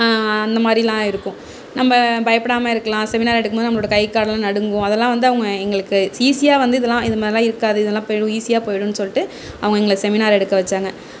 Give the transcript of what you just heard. அந்த மாதிரிலாம் இருக்கும் நம்ம பயப்படாம இருக்கலாம் செமினார் எடுக்கும்போது நம்மளோட கை கால்லாம் நடுங்கும் அதல்லாம் வந்து அவங்க எங்களுக்கு ஈஸியாக வந்து இதல்லாம் இது மாதிரிலாம் இருக்காது இதெல்லாம் போய்டும் ஈஸியாக போய்டும் சொல்லிட்டு அவங்க எங்களை செமினார் எடுக்க வைச்சாங்க